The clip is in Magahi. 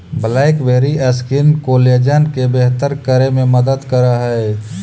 ब्लैकबैरी स्किन कोलेजन के बेहतर करे में मदद करऽ हई